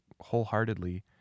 wholeheartedly